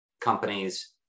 companies